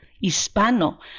hispano